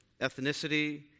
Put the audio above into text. ethnicity